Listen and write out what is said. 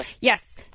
Yes